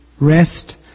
rest